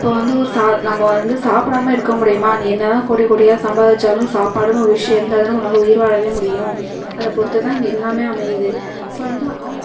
இப்போ வந்து ஒரு நம்ம வந்து சாப்பிடாம இருக்க முடியுமா நீ என்ன தான் கோடி கோடியாக சம்பாதிச்சாலும் சாப்பாடுனு ஒரு விஷயம் இருந்தால் தான் உன்னால் உயிர் வாழ முடியும் அதை பொறுத்து தான் இங்கே எல்லாம் அமையுது ஸோ வந்து